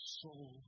soul